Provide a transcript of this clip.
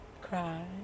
cry